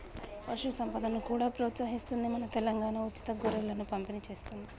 పశు సంపదను కూడా ప్రోత్సహిస్తుంది మన తెలంగాణా, ఉచితంగా గొర్రెలను పంపిణి చేస్తుంది